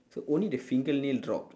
so only the fingernail dropped